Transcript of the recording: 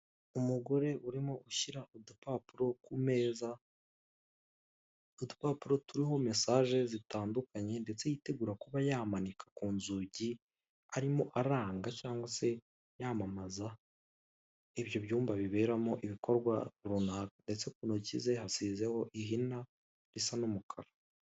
Umugore urimo ushyira udupapuro kumeza, udupapuro turiho mesaje zitandukanye ndetse yitegura kuba yamanika kunzugi, arimo aranga cyangwa se yamamaza ibyo byumba biberamo ibikorwa runaka ndetse kuntoki ze hasizeho ihina risa n'umukara.